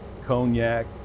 cognac